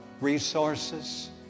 resources